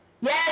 Yes